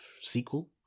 sequel